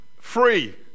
free